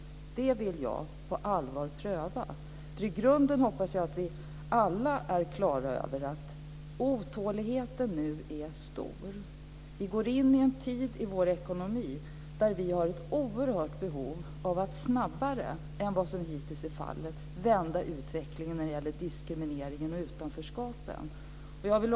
Det vill jag på allvar pröva. I grunden hoppas jag att vi alla är klara över att otåligheten är stor. Vi går in i en tid i vår ekonomi där vi har ett oerhört behov av att snabbare än vad som hittills är fallet vända utvecklingen när det gäller diskriminering och utanförskap.